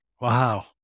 Wow